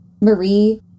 marie